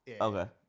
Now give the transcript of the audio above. Okay